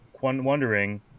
wondering